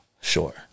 sure